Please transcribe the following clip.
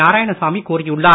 நாரனாயணசாமி கூறியுள்ளார்